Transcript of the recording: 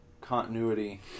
continuity